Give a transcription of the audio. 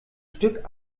stück